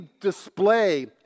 display